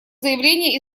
заявление